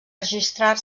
registrar